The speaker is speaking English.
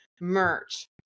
merch